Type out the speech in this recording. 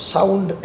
Sound